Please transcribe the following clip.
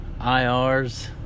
IRs